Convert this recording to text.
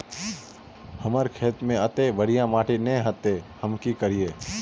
हमर खेत में अत्ते बढ़िया माटी ने है ते हम की करिए?